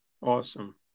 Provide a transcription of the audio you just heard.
Awesome